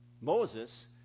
Moses